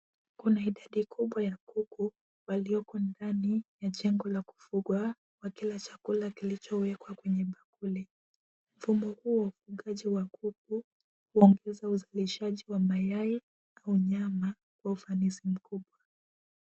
Kuna idadi kubwa ya kuku walioko ndani ya jengo la kufugwa, wakila chakula kilichowekwa kwenye bakuli, mfumo huo wa ufugaji wa kuku. Waongoza uzalishaji wa mayai au nyama kwa ufanisi mkubwa.